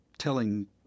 telling